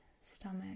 stomach